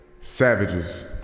Savages